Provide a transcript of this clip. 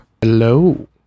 hello